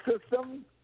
system